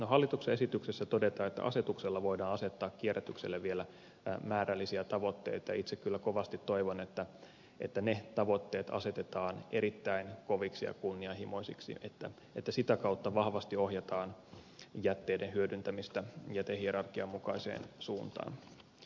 hallituksen esityksessä todetaan että asetuksella voidaan asettaa kierrätykselle vielä määrällisiä tavoitteita ja itse kyllä kovasti toivon että ne tavoitteet asetetaan erittäin koviksi ja kunnianhimoisiksi että sitä kautta vahvasti ohjataan jätteiden hyödyntämistä jätehierarkian mukaiseen suuntaan